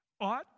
Ought